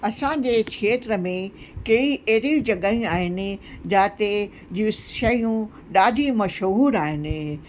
असांजे खेत्र में कई अहिड़ियूं जॻहियूं आहिनि जिते जूं शयूं ॾाढी मशहूर आहिनि